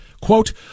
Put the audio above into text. Quote